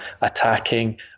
attacking